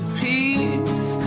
peace